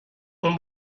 اون